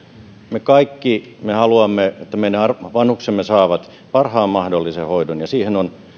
me kaikki haluamme että meidän vanhuksemme saavat parhaan mahdollisen hoidon ja siihen on